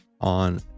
on